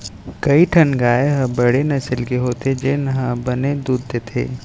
कई ठन गाय ह बड़े नसल के होथे जेन ह बने दूद देथे